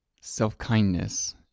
self-kindness